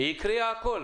היא הקריאה הכול.